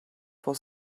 for